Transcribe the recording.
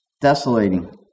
desolating